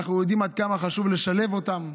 אנחנו יודעים עד כמה חשוב לשלב אותם.